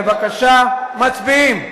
בבקשה, מצביעים.